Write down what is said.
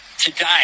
today